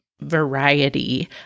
Variety